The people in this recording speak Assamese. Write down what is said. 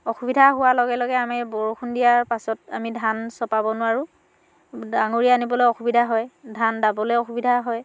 অসুবিধা হোৱাৰ লগে লগে আমি বৰষুণ দিয়াৰ পাছত আমি ধান চপাব নোৱাৰো ডাঙৰি আনিবলৈ অসুবিধা হয় ধান দাবলে অসুবিধা হয়